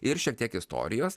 ir šiek tiek istorijos